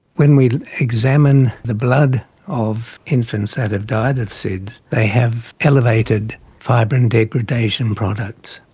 when we examine the blood of infants that have died of sids, they have elevated fibrin degradation products.